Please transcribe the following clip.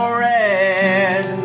red